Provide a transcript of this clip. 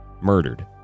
murdered